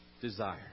desire